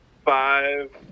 five